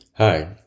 Hi